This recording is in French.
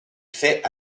fait